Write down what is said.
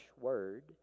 word